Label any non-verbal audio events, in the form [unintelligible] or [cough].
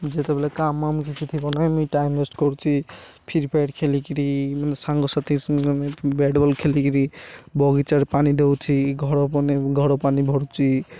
ଯେତେବେଳେ କାମ ଫାମ କିଛି ଥିବ ନାଇଁ ମୁଇଁ ଟାଇମ ୱେଷ୍ଟ କରୁଛି ଫ୍ରିଫାୟାର୍ ଖେଲିକିରି ମାନେ ସାଙ୍ଗସାଥି [unintelligible] ବ୍ୟାଟ ବଲ୍ ଖେଲିକିରି ବଗିଚାରେ ପାଣି ଦେଉଥିମି ଘର [unintelligible] ଘର ପାଣି ଭରୁୁଛି